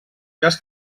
cas